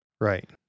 Right